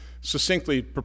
succinctly